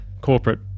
Corporate